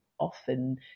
often